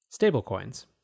Stablecoins